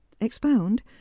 Expound